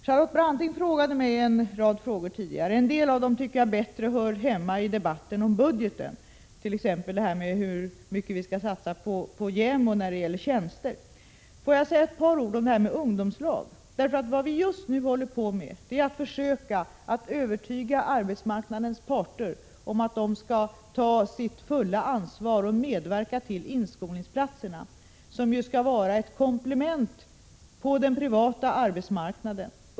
Charlotte Branting ställde en rad frågor till mig, men en del hör bättre hemma i debatten om budgeten, t.ex. hur mycket som skall satsas på JämO när det gäller tjänster. Får jag säga ett par ord om ungdomslagen. Just nu håller vi i regeringen på med att försöka övertyga arbetsmarknadens parter om att de skall ta sitt fulla ansvar och medverka till införandet av inskolningsplatserna, som ju skall vara ett komplement på den privata arbetsmarknaden.